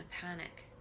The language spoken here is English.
panic